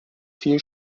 viel